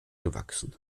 gewachsen